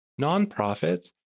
nonprofits